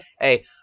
Hey